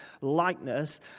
likeness